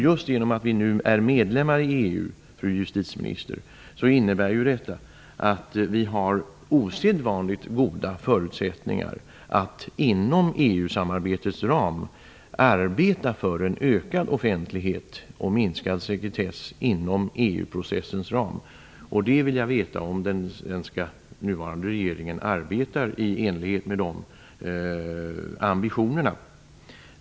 Just att vi nu är medlemmar i EU, fru justitieminister, innebär att vi har osedvanligt goda förutsättningar att inom EU samarbetets ram arbeta för en ökad offentlighet och minskad sekretess inom EU-processens ram. Jag vill veta om den nuvarande svenska regeringen arbetar i enlighet med de ambitionerna.